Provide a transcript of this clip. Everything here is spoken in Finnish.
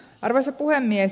arvoisa puhemies